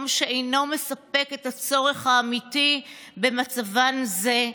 שאינו מספק את הצורך האמיתי במצב זה,